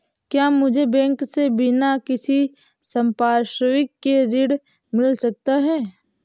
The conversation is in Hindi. क्या मुझे बैंक से बिना किसी संपार्श्विक के ऋण मिल सकता है?